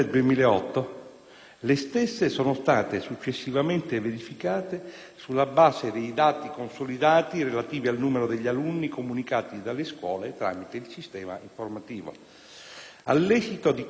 le stesse sono state successivamente verificate sulla base dei dati consolidati relativi al numero degli alunni comunicati dalle scuole tramite il Sistema informativo. All'esito di questa verifica,